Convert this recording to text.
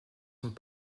sont